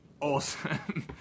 awesome